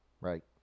Right